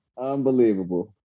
unbelievable